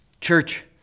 Church